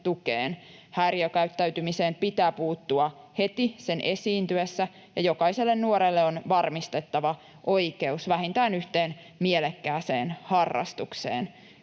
Häiriökäyttäytymiseen pitää puuttua heti sen esiintyessä, ja jokaiselle nuorelle on varmistettava oikeus vähintään yhteen mielekkääseen harrastukseen.